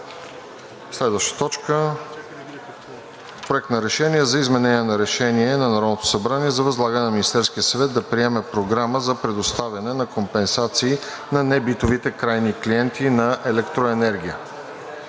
енергетика обсъди Проект на решение за изменение на Решение на Народното събрание за възлагане на Министерския съвет да приеме програма за предоставяне на компенсации на небитовите крайни клиенти на електроенергия,